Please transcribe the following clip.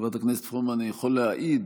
חברת הכנסת פרומן, אני יכול להעיד,